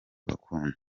gakondo